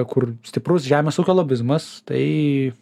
kur stiprus žemės ūkio lobizmas tai